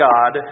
God